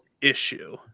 issue